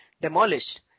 demolished